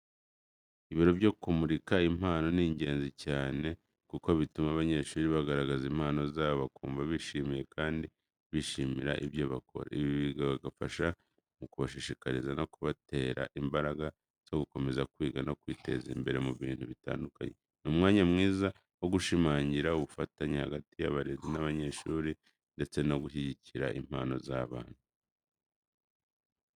Ibirori byo kumurika impano ni ingenzi cyane kuko bituma abanyeshuri bagaragaza impano zabo, bakumva bishimye kandi bishimira ibyo bakora. Ibi bigafasha mu kubashigikira no kubatera imbaraga zo gukomeza kwiga no kwiteza imbere mu bintu bitandukanye. Ni umwanya mwiza wo gushimangira ubufatanye hagati y'abarezi n'abanyeshuri ndetse no gushyigikira impano z'abana.